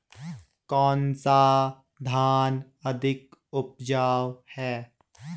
कौन सा धान अधिक उपजाऊ है?